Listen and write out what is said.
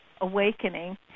awakening